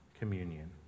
communion